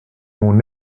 mon